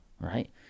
right